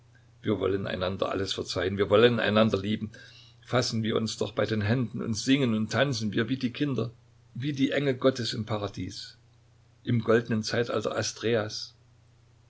wir wollen einander alles verzeihen wir wollen einander lieben fassen wir uns doch bei den händen und singen und tanzen wir wie die kinder wie die engel gottes im paradiese im goldenen zeitalter